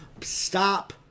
stop